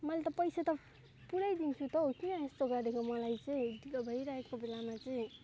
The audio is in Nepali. मैले त पैसा त पुरै दिन्छु त हो किन यस्तो गरेको मलाई चाहिँ ढिलो भइरहेको बेलामा चाहिँ